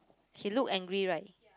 he look angry right